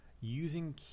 Using